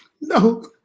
No